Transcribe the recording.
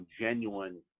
genuine